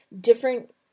different